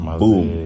boom